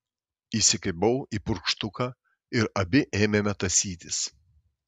įsikibau į purkštuką ir abi ėmėme tąsytis